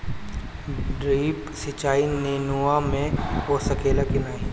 Drip सिंचाई नेनुआ में हो सकेला की नाही?